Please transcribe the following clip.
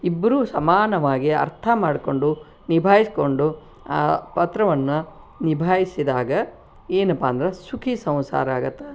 ಇಬ್ಬರೂ ಸಮಾನವಾಗಿ ಅರ್ಥ ಮಾಡಿಕೊಂಡು ನಿಭಾಯಿಸ್ಕೊಂಡು ಆ ಪತ್ರವನ್ನು ನಿಭಾಯಿಸಿದಾಗ ಏನಪ್ಪಾ ಅಂದ್ರೆ ಸುಖೀ ಸಂಸಾರ ಆಗುತ್ತೆ